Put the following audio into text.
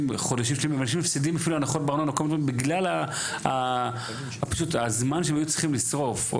אנשים מפסידים לפעמים הנחות בגלל הזמן שהם היו צריכים לשרוף.